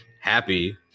Happy